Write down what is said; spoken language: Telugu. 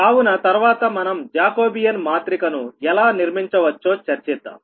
కావున తర్వాత మనం జాకోబియాన్ మాత్రిక ను ఎలా నిర్మించవచ్చో చర్చిద్దాం